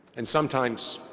and sometimes,